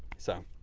so